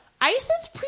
ISIS